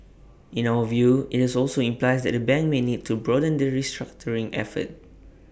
in our view IT also implies that the bank may need to broaden the restructuring effort